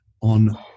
on